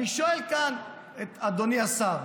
אני שואל כאן את אדוני השר: